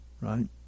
right